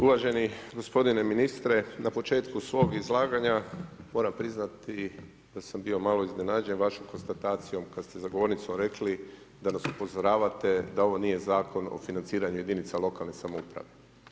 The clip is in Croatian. Uvaženi gospodine ministre, na početku svog izlaganja moram priznati da sam bio malo iznenađen vašom konstatacijom kad ste za govornicom rekli da nas upozoravate da ovo nije Zakon o financiranju jedinica lokalne samouprave.